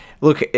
look